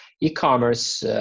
E-commerce